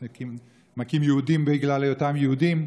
ומכים יהודים בגלל היותם יהודים.